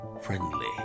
friendly